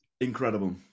incredible